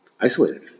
isolated